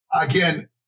again